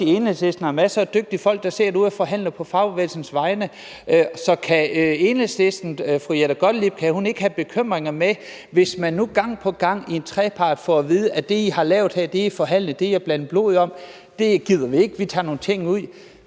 i Enhedslisten har masser af dygtige folk, der sidder derude og forhandler på fagbevægelsens vegne. Så kan fru Jette Gottlieb ikke være bekymret, hvis man gang på gang i en trepart får at vide: Det, I har forhandlet, det, I har blandet blod om, gider vi ikke, vi tager nogle ting ud?